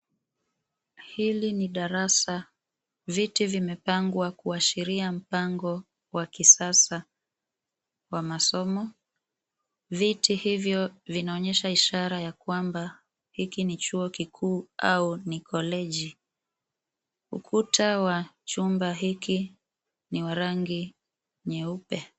Hili ni darasa viti vimepangwa kuashiria mpango wa kisasa wa masomo. Viti hivyo vinaonyesha ishara ya kwamba hiki ni chuo kikuu au ni college ukuta wa chumba hiki ni wa rangi nyeupe.